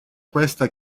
questa